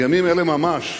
בימים אלה ממש